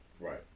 right